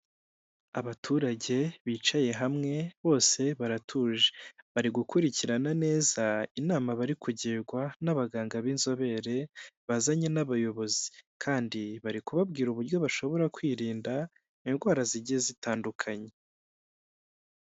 Abaturage bicaye hamwe bose baratuje, bari gukurikirana neza inama bari kugirwa n'abaganga b'inzobere, bazanye n'abayobozi kandi bari kubabwira uburyo bashobora kwirinda, indwara zigiye zitandukanye.